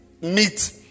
meet